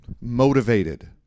Motivated